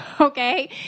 Okay